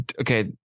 okay